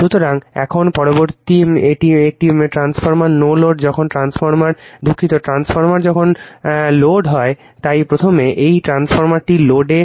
সুতরাং এখন পরবর্তী একটি ট্রান্সফরমার নো লোডে যখন ট্রান্সফরমার দুঃখিত ট্রান্সফরমার যখন ট্রান্সফরমার লোড হয় তাই প্রথমে এই ট্রান্সফরমারটি লোডে